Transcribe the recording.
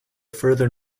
further